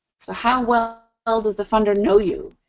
so, how well well does the funder know you?